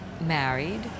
married